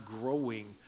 growing